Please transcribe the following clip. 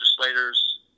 legislators